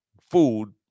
food